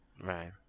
Right